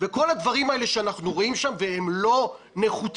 וכל הדברים האלה שאנחנו רואים שם והם לא נחוצים,